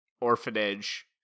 orphanage